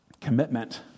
commitment